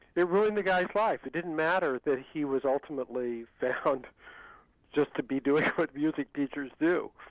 it ruined the guy's life, it didn't matter that he was ultimately found just to be doing what music teachers do.